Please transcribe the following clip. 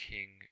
King